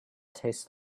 tastes